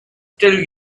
still